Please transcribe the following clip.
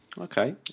Okay